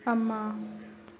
ꯑꯃ